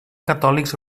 catòlics